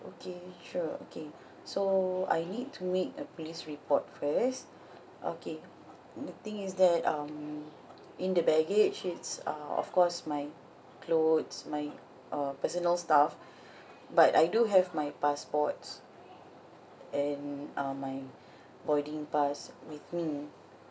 okay sure okay so I need to make a police report first okay the thing is that um in the baggage it's uh of course my clothes my uh personal stuff but I do have my passports and um my boarding pass with me